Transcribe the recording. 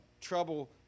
trouble